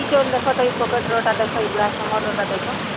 ଏଇ ଚାଉଲ୍ ଦେଖ ତ ଏଇ ପ୍ୟାକେଟ୍ରଟା ଦେଖ ଏଇ ଦେଖ୍